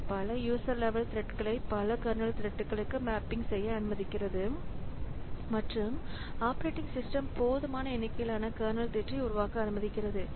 இது பல user level thread களை பல கர்னல் த்ரெட்களுக்கு மேப்பிங் செய்ய அனுமதிக்கிறது மற்றும் ஆப்பரேட்டிங் சிஸ்டம் போதுமான எண்ணிக்கையிலான கர்னல் த்ரெட்டை உருவாக்க அனுமதிக்கிறது